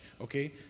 Okay